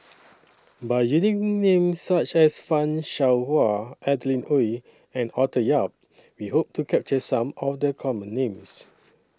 By using Names such as fan Shao Hua Adeline Ooi and Arthur Yap We Hope to capture Some of The Common Names